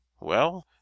Well